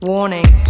Warning